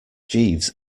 jeeves